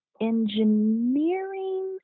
Engineering